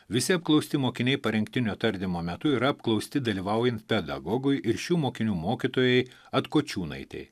visi apklausti mokiniai parengtinio tardymo metu yra apklausti dalyvaujant pedagogui ir šių mokinių mokytojai atkočiūnaitei